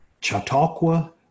chautauqua